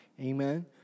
Amen